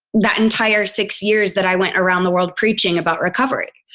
that entire six years that i went around the world preaching about recovery.